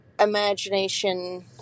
imagination